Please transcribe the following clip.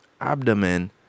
abdomen